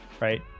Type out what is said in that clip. right